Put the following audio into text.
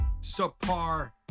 subpar